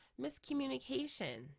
miscommunication